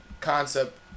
concept